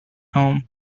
home